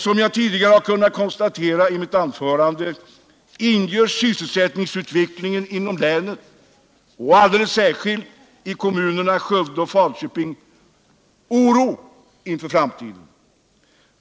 Som jag kunnat konstatera tidigare i mitt anförande inger sysselsättningsutvecklingen inom länet — och alldeles särskilt i kommunerna Skövde och Falköping — oro för framtiden.